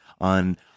on